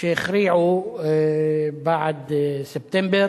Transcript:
שהכריעו בעד ספטמבר,